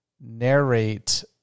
narrate